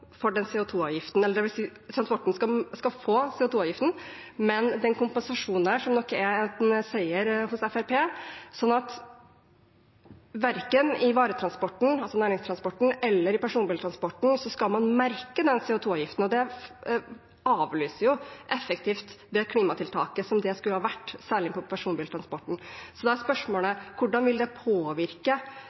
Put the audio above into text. for denne CO 2 -avgiften – dvs. transporten skal få CO 2 -avgiften, men det er en kompensasjon der, som nok er en seier for Fremskrittspartiet, slik at verken i varetransporten, altså næringstransporten, eller i personbilransporten skal man merke den CO 2 -avgiften. Det avlyser jo effektivt det klimatiltaket som det skulle ha vært, særlig for personbiltrafikken. Da er spørsmålene: Hvordan vil det påvirke